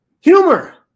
Humor